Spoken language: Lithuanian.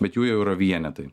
bet jų jau yra vienetai